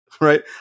right